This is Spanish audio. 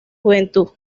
juventud